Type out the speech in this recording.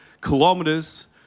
kilometers